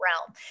realm